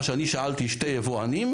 מה שאני שאלתי שני יבואנים,